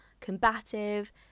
combative